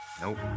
nope